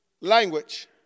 language